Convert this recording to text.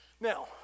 Now